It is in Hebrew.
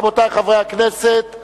רבותי חברי הכנסת,